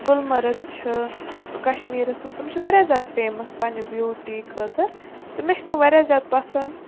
گُلمرگ چھِ کَشمیٖرَس منٛز تِم چھِ واریاہ زیادٕ فیمَس پنٛنہِ بیوٗٹی خٲطٕر تہٕ مےٚ چھِ تِم واریاہ زیادٕ پَسنٛد